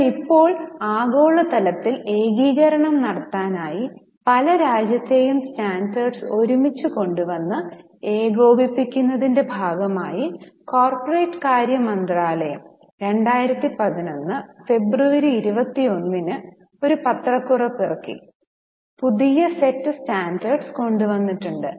എന്നാൽ ഇപ്പോൾ ആഗോള തലത്തിൽ ഏകീകരണം നടത്താനായി പല രാജ്യത്തെയും സ്റ്റാൻഡേർഡ്സ് ഒരുമിച്ച് കൊണ്ട് വന്നു ഏകോപിക്കുന്നതിന്റെ ഭാഗമായി കോർപ്പറേറ്റ് കാര്യ മന്ത്രാലയം 2011 ഫെബ്രുവരി 21 ന് ഒരു പത്രക്കുറിപ്പ് ഇറക്കി പുതിയ സെറ്റ് സ്റ്റാൻഡേർഡ്സ് കൊണ്ട് വന്നിട്ടുണ്ട്